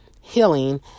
healing